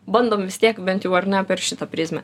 bandom vis tiek bent jau ar ne per šitą prizmę